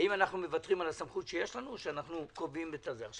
האם אנחנו מוותרים על הסמכות שיש לנו או שאנחנו קובעים היה